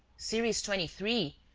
series twenty three,